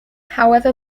however